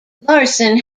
larson